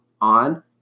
On